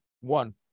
One